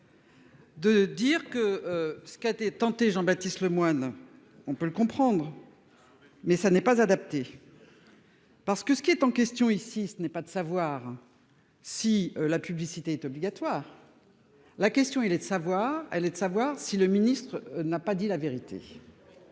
De dire que ce qui a été. Jean-Baptiste Lemoyne, on peut le comprendre. Mais ça n'est pas adapté. Parce que ce qui est en question, ici, ce n'est pas de savoir si la publicité est obligatoire. La question, il est de savoir, elle est de savoir si le ministre n'a pas dit la vérité.